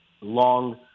long